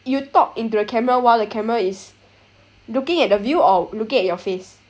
you talk into the camera while the camera is looking at the view or looking at your face